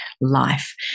life